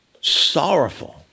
sorrowful